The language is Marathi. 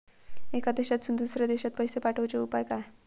एका देशातून दुसऱ्या देशात पैसे पाठवचे उपाय काय?